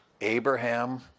Abraham